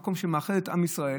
מקום שמאחד את עם ישראל.